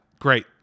great